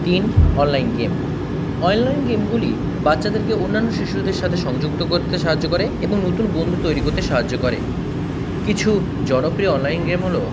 তিন online game online গেমগুলি বাচ্চাদেরকে অন্যান্য শিশুদের সাথে সংযুক্ত করতে সাহায্য করে এবং নতুন বন্ধু তৈরি করতে সাহায্য করে কিছু জনপ্রিয় অনলাইন গেম হলো